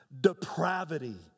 Depravity